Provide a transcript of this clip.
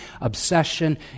obsession